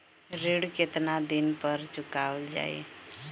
ऋण केतना दिन पर चुकवाल जाइ?